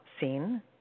seen